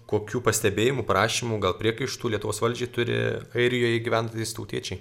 kokių pastebėjimų prašymų gal priekaištų lietuvos valdžiai turi airijoje gyvenantys tautiečiai